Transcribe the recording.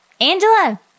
Angela